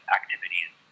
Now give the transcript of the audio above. activities